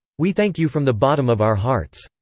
we thank you from the bottom of our hearts.